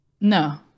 no